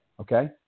okay